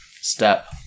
step